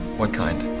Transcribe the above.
what kind.